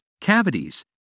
cavities